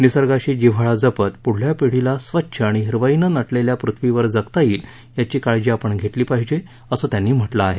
निसर्गाशी जिव्हाळा जपत पुढच्या पिढीला स्वच्छ आणि हिरवाईनं नटलेल्या पृथ्वीवर जगता येईल याची काळजी आपण घेतली पाहिजे असं त्यांनी म्हटलं आहे